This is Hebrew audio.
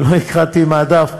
לא הקראתי מהדף,